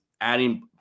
adding